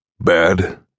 Bad